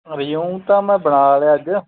resume ਤਾਂ ਮੈਂ ਬਣਾ ਲਿਆ ਅੱਜ